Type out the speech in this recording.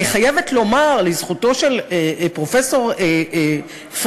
אני חייבת לומר לזכותו של פרופסור פרידמן,